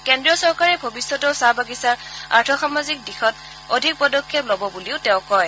কেন্দ্ৰীয় চৰকাৰে ভৱিষ্যতেও চাহ বাগিছাৰ আৰ্থ সামাজিক দিশত অধিক পদক্ষেপ ল'ব বুলিও তেওঁ কয়